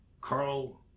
Carl